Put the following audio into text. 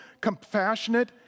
compassionate